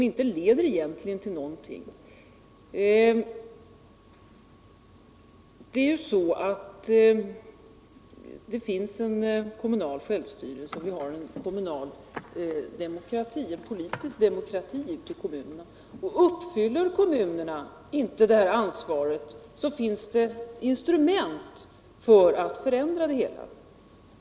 Vi har en kommunal självstyrelse, och vi har en politisk demokrati ute i kommunerna. Motsvarar kommunerna inte sitt ansvar finns ett instrument för att förändra detta.